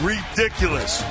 Ridiculous